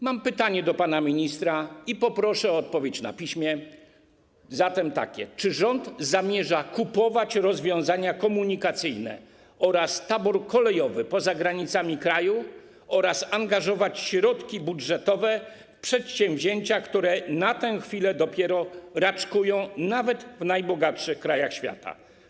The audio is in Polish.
Mam pytanie do pana ministra, i poproszę o odpowiedź na piśmie: Czy rząd zamierza kupować rozwiązania komunikacyjne oraz tabor kolejowy poza granicami kraju oraz angażować środki budżetowe w przedsięwzięcia, które na tę chwilę dopiero raczkują nawet w najbogatszych krajach świata?